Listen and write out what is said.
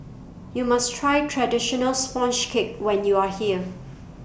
YOU must Try Traditional Sponge Cake when YOU Are here